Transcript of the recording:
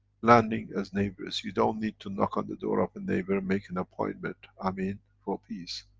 landing as neighbours, you don't need to knock on the door of a neighbor, make an appointment i mean for peace,